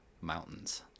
mountains